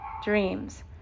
dreams